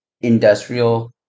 industrial